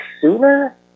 Sooner